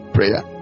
Prayer